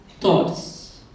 thoughts